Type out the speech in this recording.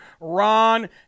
Ron